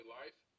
life